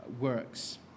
works